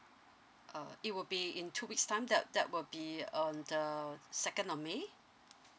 uh it will be in two weeks' time that that will be um the second of may